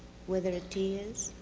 where there are tears,